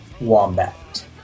wombat